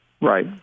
Right